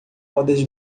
rodas